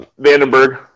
Vandenberg